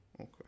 okay